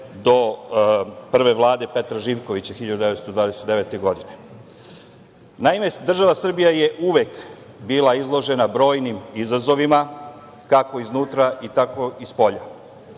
do prve Vlade Petra Živkovića 1929. godine. Naime, država Srbija je uvek bila izložena brojnim izazovima, kako iznutra, tako i spolja.